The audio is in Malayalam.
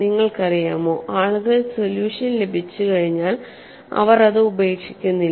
നിങ്ങൾക്കറിയാമോ ആളുകൾക്ക് സൊല്യൂഷൻ ലഭിച്ചുകഴിഞ്ഞാൽ അവർ അത് ഉപേക്ഷിക്കുന്നില്ല